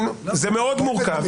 זה מאוד מורכב.